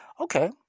Okay